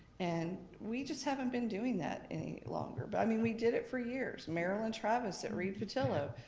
and we just haven't been doing that any longer. but i mean we did it for years, marylyn travis at reed vatilo,